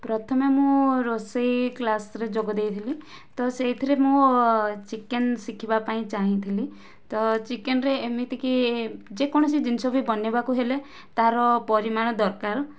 ପ୍ରଥମେ ମୁଁ ରୋଷେଇ କ୍ଳାସ୍ରେ ଯୋଗ ଦେଇଥିଲ ତ ସେହିଥିରେ ମୁଁ ଚିକେନ ଶିଖିବାପାଇଁ ଚାହିଁଥିଲି ତ ଚିକେନରେ ଏମିତି କି ଯେ କୌଣସି ଜିନିଷ ବନାଇବାକୁ ହେଲେ ତା'ର ପରିମାଣ ଦରକାର